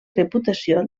reputació